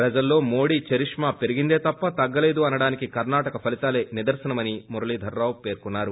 ప్రజల్లో మోదీ ఛరిష్మా పెరిగిందే తప్పతగ్గలేదు అనటానికి కర్పాటక ఫలితాలే నిదర్వనమని మురళిధర రావు పేర్కొన్నారు